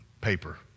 paper